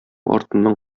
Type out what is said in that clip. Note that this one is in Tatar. артыннан